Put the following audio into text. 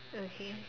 okay